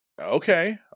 okay